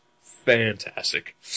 fantastic